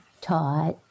taught